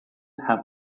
how